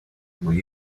will